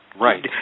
Right